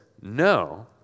no